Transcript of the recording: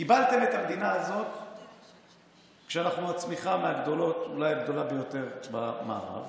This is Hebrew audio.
קיבלתם את המדינה הזאת כשאנחנו בצמיחה אולי הגדולה ביותר במערב,